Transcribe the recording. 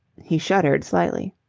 he shuddered slightly.